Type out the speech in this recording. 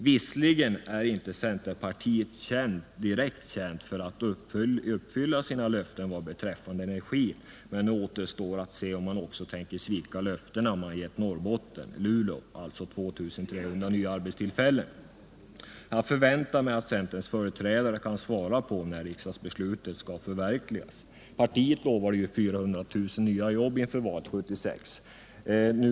Visserligen är inte centerpartiet direkt känt för att uppfylla sina löften vad beträffar energin, men nu återstår att se om man också tänker svika de löften man gett Norrbotten, bl.a. Luleå, alltså 2300 nya arbetstillfällen. Jag förväntar mig att centerns företrädare kan svara på när detta riksdagsbeslut skall förverkligas. Inför valet 1976 lovade partiet 400 000 nya jobb.